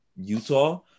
Utah